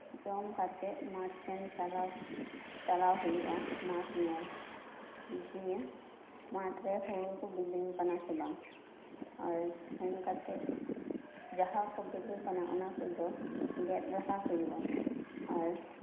ᱡᱚᱢ ᱠᱟᱛᱮᱫ ᱢᱟᱴ ᱥᱮᱫ ᱪᱟᱞᱟᱣ ᱪᱟᱞᱟᱣ ᱦᱳᱭᱳᱜᱼᱟ ᱢᱟᱴ ᱧᱮᱞ ᱡᱮ ᱢᱟᱴᱨᱮ ᱦᱳᱲᱳᱠᱚ ᱵᱮᱞᱮ ᱟᱠᱟᱱᱟ ᱥᱮ ᱵᱟᱝ ᱟᱨ ᱥᱮᱱᱠᱟᱛᱮᱫ ᱡᱟᱦᱟᱸᱠᱚ ᱵᱮᱞᱮ ᱟᱠᱟᱱᱟ ᱚᱱᱟᱠᱚᱫᱚ ᱜᱮᱫᱞᱟᱦᱟ ᱦᱳᱭᱳᱜᱼᱟ ᱟᱨ